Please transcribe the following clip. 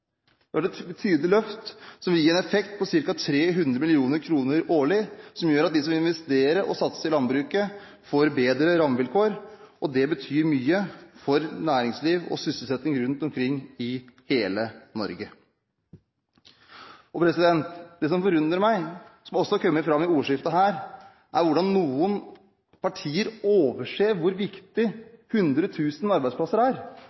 Det er et tydelig løft, som vil gi en effekt på ca. 300 mill. kr årlig, som gjør at de som investerer og satser i landbruket, får bedre rammevilkår. Det betyr mye for næringsliv og sysselsetting rundt omkring i hele Norge. Det som forundrer meg, som også har kommet fram i replikkordskiftene her, er hvordan noen partier overser hvor viktig 100 000 arbeidsplasser er,